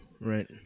Right